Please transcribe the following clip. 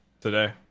today